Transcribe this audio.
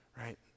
right